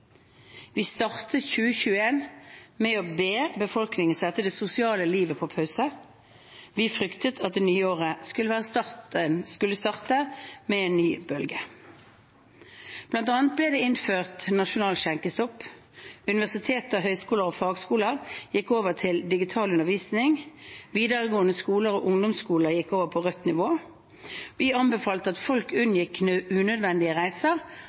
Vi startet 2021 med å be befolkningen sette det sosiale livet på pause. Vi fryktet at det nye året skulle starte med en ny bølge. Blant annet ble det innført nasjonal skjenkestopp, universiteter, høyskoler og fagskoler gikk over til digital undervisning, og videregående skoler og ungdomsskoler gikk over på rødt nivå. Vi anbefalte at folk unngikk unødvendige reiser